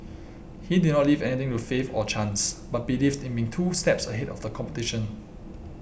he did not leave anything to faith or chance but believed in being two steps ahead of the competition